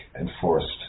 enforced